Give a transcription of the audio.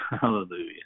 hallelujah